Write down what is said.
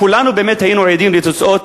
כולנו היינו באמת עדים לתוצאות